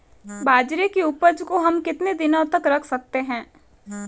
बाजरे की उपज को हम कितने दिनों तक रख सकते हैं?